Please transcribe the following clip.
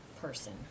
person